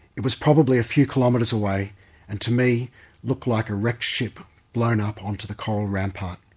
it was probably a few kilometres away and to me looked like a wrecked ship blown up onto the coral rampart.